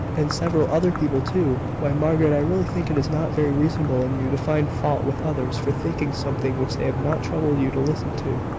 and several other people, too! why, margaret, i really think it is not very reasonable in you to find fault with others for thinking something which they have not troubled you to listen to,